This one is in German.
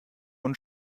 und